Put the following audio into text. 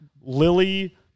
lily